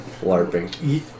LARPing